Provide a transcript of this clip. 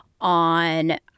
on